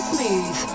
Smooth